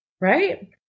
Right